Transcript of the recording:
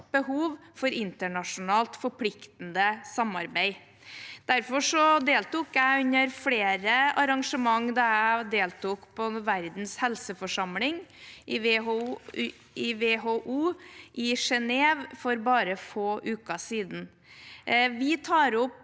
behov for internasjonalt forpliktende samarbeid. Derfor deltok jeg på flere arrangement under Verdens helseforsamling i WHO i Genève for bare få uker siden. Vi tar opp